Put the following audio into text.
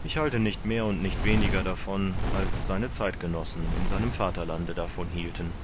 ich halte nicht mehr und nicht weniger davon als seine zeitgenossen in seinem vaterlande davon hielten